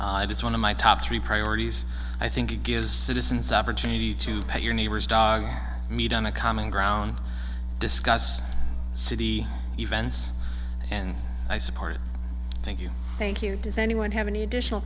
but it is one of my top three priorities i think it gives citizens opportunity to pay your neighbor's dog meet on a common ground discuss city events and i support thank you thank you does anyone have any additional